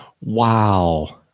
Wow